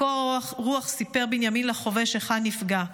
בקור רוח סיפר בנימין לחובש היכן נפגע.